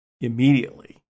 immediately